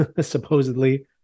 supposedly